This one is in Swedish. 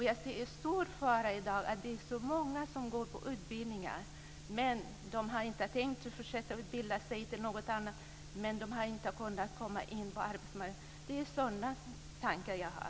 Jag ser en stor fara i dag med att så många som går på utbildningar men som inte har tänkt att fortsätta utbilda sig inte kan komma in på arbetsmarknaden. Det är sådana tankar jag har.